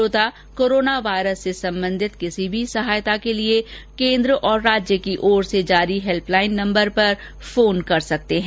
श्रोता corona virus से संबंधित किसी भी सहायता के लिए केन्द्र और राज्य की ओर से जारी हेल्प लाइन नम्बर पर फोन कर सकते हैं